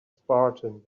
spartan